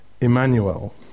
Emmanuel